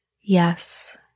Yes